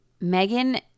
Megan